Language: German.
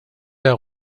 der